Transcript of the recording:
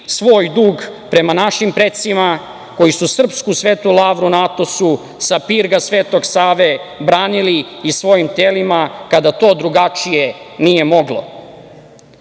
svoj dug prema našim precima koji su srpsku Svetu lavru na Atosu sa pirga Svetog Save branili i svojim telima kada to drugačije nije